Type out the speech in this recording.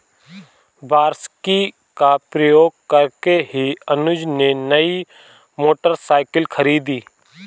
वार्षिकी का प्रयोग करके ही अनुज ने नई मोटरसाइकिल खरीदी